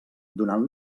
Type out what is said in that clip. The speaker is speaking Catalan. donant